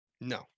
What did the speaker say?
No